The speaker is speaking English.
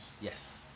Yes